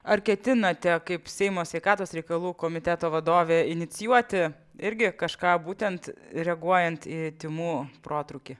ar ketinate kaip seimo sveikatos reikalų komiteto vadovė inicijuoti irgi kažką būtent reaguojant į tymų protrūkį